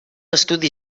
estudi